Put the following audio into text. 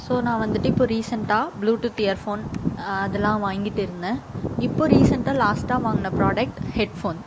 so நான் வந்துவிட்டு இப்போ ரீசன்ட்டாக ப்ளூடூத் இயர்ஃபோன் அதெலாம் வாங்கிகிட்டு இருந்தேன் இப்போ ரீசன்ட்டாக லாஸ்ட்டாக வாங்கின ப்ராடக்ட் ஹெட்ஃபோன்